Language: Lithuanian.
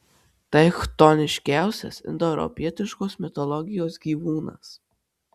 tai chtoniškiausias indoeuropietiškosios mitologijos gyvūnas